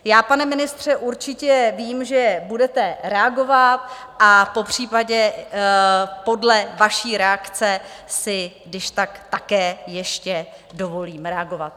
Já, pane ministře, určitě vím, že budete reagovat, a popřípadě podle vaší reakce si když tak také ještě dovolím reagovat.